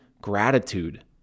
gratitude